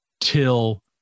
till